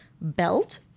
belt